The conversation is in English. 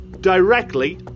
directly